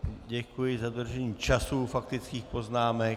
Děkuji za dodržování času u faktických poznámek.